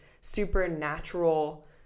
supernatural